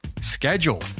schedule